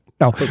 No